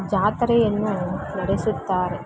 ಜಾತ್ರೆಯನ್ನು ನಡೆಸುತ್ತಾರೆ